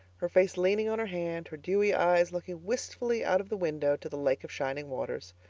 her face leaning on her hand, her dewy eyes looking wistfully out of the window to the lake of shining waters.